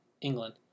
England